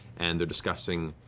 and they're discussing